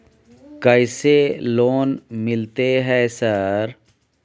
कैसे लोन मिलते है सर?